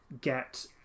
get